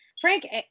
Frank